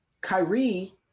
Kyrie